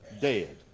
dead